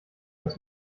das